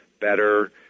better